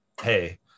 hey